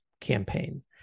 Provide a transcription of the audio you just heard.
campaign